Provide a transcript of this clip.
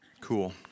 Cool